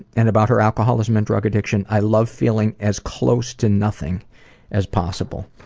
and about her alcoholism and drug addiction, i love feeling as close to nothing as possible.